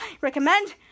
recommend